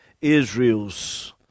Israel's